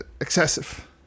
excessive